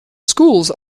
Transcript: schools